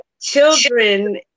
children